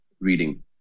reading